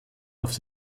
auf